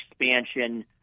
expansion